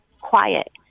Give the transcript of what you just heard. quiet